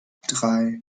drei